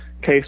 case